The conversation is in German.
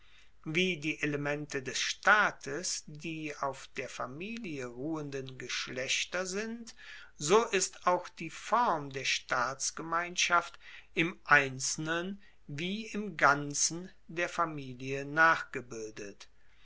wie die elemente des staates die auf der familie ruhenden geschlechter sind so ist auch die form der staatsgemeinschaft im einzelnen wie im ganzen der familie nachgebildet